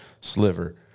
sliver